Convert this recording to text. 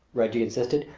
reggie insisted,